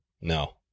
No